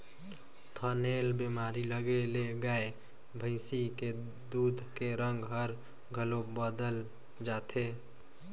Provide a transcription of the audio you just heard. थनैल बेमारी लगे ले गाय भइसी के दूद के रंग हर घलो बदेल जाथे